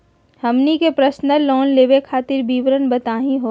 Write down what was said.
हमनी के personal loan लेवे खातीर विवरण बताही हो?